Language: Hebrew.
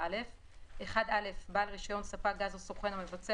24(א); (1א) בעל רישיון ספק גז או סוכן המבצע